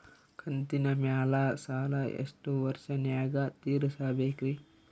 ಕಂತಿನ ಮ್ಯಾಲ ಸಾಲಾ ಎಷ್ಟ ವರ್ಷ ನ್ಯಾಗ ತೀರಸ ಬೇಕ್ರಿ?